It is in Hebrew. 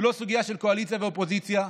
זה לא סוגיה של קואליציה ואופוזיציה.